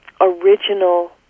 original